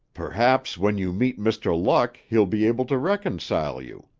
perhaps when you meet mr. luck, he'll be able to reconcile you.